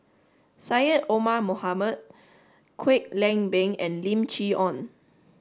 Syed Omar Mohamed Kwek Leng Beng and Lim Chee Onn